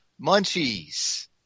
munchies